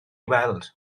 weld